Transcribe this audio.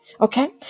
Okay